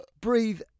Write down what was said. Breathe